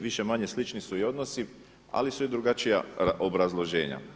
Više-manje slični su i odnosi, ali su i drugačija obrazloženja.